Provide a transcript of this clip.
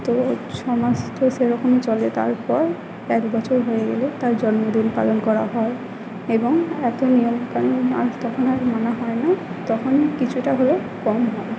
তো সমাজ তো সেরকমই চলে তারপর এক বছর হয়ে গেলে তার জন্মদিন পালন করা হয় এবং এতো নিয়ম কানুন আর তখন আর মানা হয় না তখন কিছুটা হলেও কম হয়